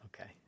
Okay